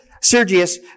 Sergius